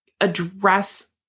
address